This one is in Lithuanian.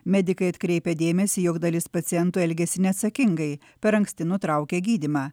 medikai atkreipia dėmesį jog dalis pacientų elgiasi neatsakingai per anksti nutraukę gydymą